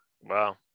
Wow